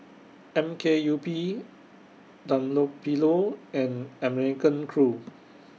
M K U P Dunlopillo and American Crew